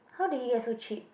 how did he get so cheap